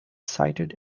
cited